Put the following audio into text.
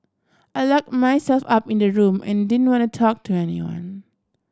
I lock myself up in the room and didn't want to talk to anyone